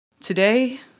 Today